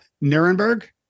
Nuremberg